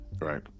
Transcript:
right